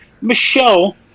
Michelle